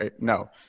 No